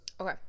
Okay